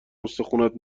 استخونات